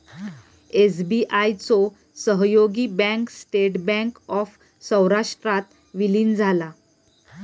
SBI चो सहयोगी bank State Bank of सौराष्ट्रात विलीन झाला